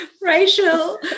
Rachel